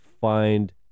find